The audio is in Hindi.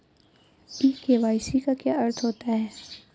ई के.वाई.सी का क्या अर्थ होता है?